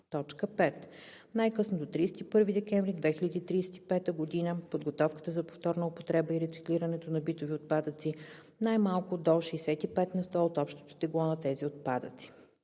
5. най-късно до 31 декември 2035 г. подготовката за повторна употреба и рециклирането на битови отпадъци най-малко до 65 на сто от общото тегло на тези отпадъци;